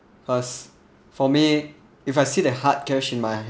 cause for me if I see that hard cash in my